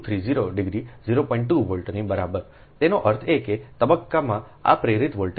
2 વોલ્ટની બરાબર છેતેનો અર્થ એ કે તબક્કામાં આ પ્રેરિત વોલ્ટેજ છે